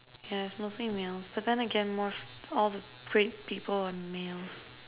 yes mostly males but than again more all the great people are males